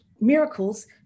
Miracles